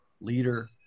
leader